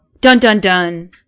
dun-dun-dun